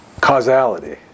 causality